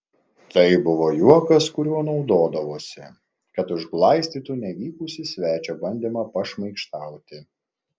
tai buvo juokas kuriuo naudodavosi kad užglaistytų nevykusį svečio bandymą pašmaikštauti